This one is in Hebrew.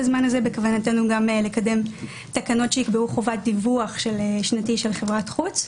בזמן הזה בכוונתנו גם לקדם תקנות שיקבעו חובת דיווח שנתי של חברת חוץ.